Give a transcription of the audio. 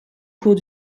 cours